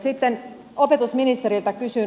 sitten opetusministeriltä kysyn